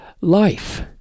life